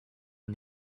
and